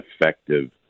effective